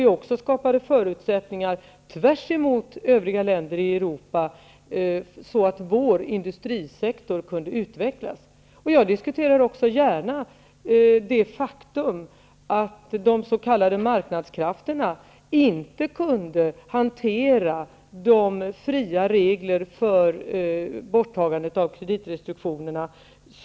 Vi skapade också, tvärtemot övriga länder i Europa, sådana förutsättningar att Sveriges industrisektor kunde utvecklas. Jag diskuterar också gärna det faktum att de s.k. marknadskrafterna inte kunde hantera den frihet som vi gav dem när vi tog bort kreditrestriktionerna.